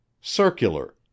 circular